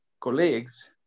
colleagues